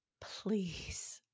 please